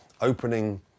opening